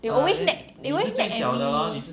they always nag they always nag at me